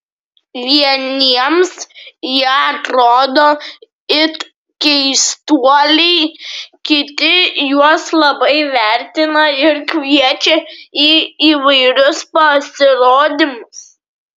vieniems jie atrodo it keistuoliai kiti juos labai vertina ir kviečia į įvairius pasirodymus